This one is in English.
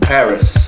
Paris